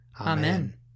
Amen